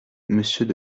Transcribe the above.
monsieur